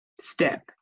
step